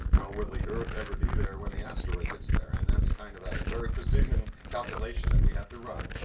well will the earth ever be there when the asteroid gets there? and that's kind of a very precision calculation that we have to run,